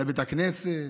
לבית הכנסת,